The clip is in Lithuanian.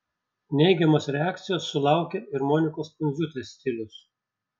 neigiamos reakcijos sulaukė ir monikos pundziūtės stilius